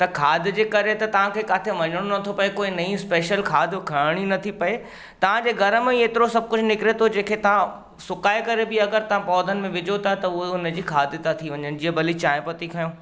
त खाद जे करे त तव्हांखे काथे वञिणो नथो पए कोई नई स्पेशल खाद खरणी नथी पए तव्हांजे घर मां ई एतिरो सभु कुझु निकिरे थो जेके तव्हां सुकाए करे बि अगरि तव्हां पौधनि में विझो था त उहा हुन जी खाद था थी वञनि जीअं भली चांयपत्ती खयों